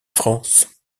france